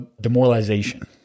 demoralization